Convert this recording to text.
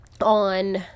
on